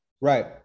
right